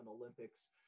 Olympics